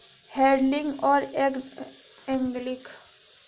handling और angling जैसी तकनीकों से भी मछली पकड़ने का काम किया जाता है